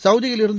சவுதியிலிருந்து